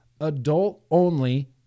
adult-only